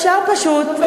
אפשר פשוט,